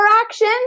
action